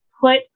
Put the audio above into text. put